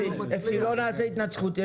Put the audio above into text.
אפי לא נעשה התנצחות,